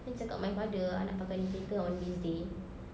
then cakap my father I nak pakai ini kereta on this day